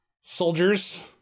soldiers